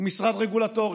הוא משרד רגולטורי.